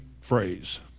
phrase